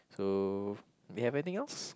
so you have anything else